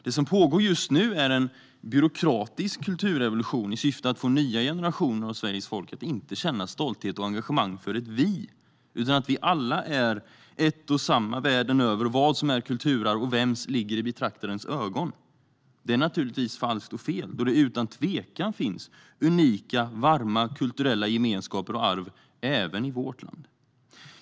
Det som pågår just nu är en byråkratisk kulturrevolution i syfte att få nya generationer av Sveriges folk att inte känna stolthet och engagemang för ett vi, utan vi är alla ett och samma världen över, och vad som är kulturarv och vems det är ligger i betraktarens ögon. Det är naturligtvis falskt och fel, då det utan tvekan finns unika och varma kulturella gemenskaper och arv även i vårt land.